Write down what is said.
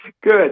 Good